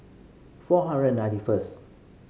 four hundred ninety first